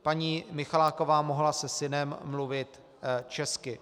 Paní Michaláková mohla se synem mluvit česky.